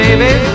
Baby